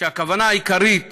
הכוונה העיקרית